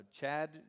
Chad